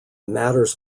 matters